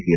T